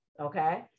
okay